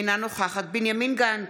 אינה נוכחת בנימין גנץ,